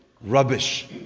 rubbish